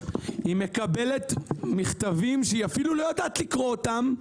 היא מקבלת מכתבים שהיא אפילו לא יודעת לקרוא אותם,